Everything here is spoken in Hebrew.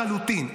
לחלוטין.